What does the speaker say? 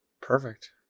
Perfect